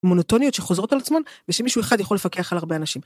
מונוטוניות שחוזרות על עצמן ושמישהו אחד יכול לפקח על הרבה אנשים.